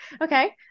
Okay